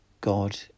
God